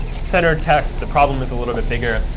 centered text, the problem is a little bit bigger,